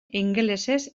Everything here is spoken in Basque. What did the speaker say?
ingelesez